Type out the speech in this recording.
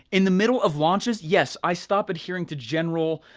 in the middle of launches, yes i stop adhering to general